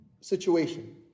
situation